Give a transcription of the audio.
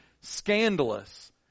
scandalous